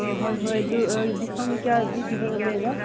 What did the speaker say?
ꯑꯥ ꯍꯣꯏ ꯍꯣꯏ ꯑꯗꯨ ꯗꯤꯁꯀꯥꯎꯟꯗꯨ ꯀꯌꯥꯗꯤ ꯄꯤꯕ ꯉꯝꯃꯦꯕ